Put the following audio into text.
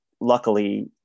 luckily